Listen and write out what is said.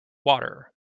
water